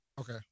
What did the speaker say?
Okay